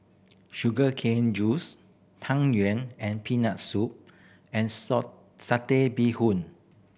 sugar cane juice Tang Yuen and Peanut Soup and Satay Bee Hoon